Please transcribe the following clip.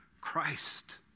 Christ